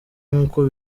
nkuko